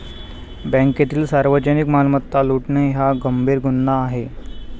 बँकेतील सार्वजनिक मालमत्ता लुटणे हा गंभीर गुन्हा आहे